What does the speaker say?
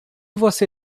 você